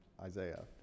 Isaiah